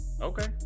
Okay